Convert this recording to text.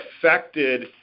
affected